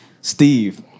Steve